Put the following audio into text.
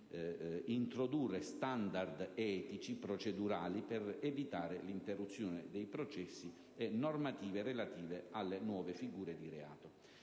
introdurre standard etici procedurali per evitare l'interruzione dei processi e normative relative alle nuove figure di reato.